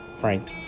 Frank